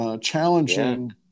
challenging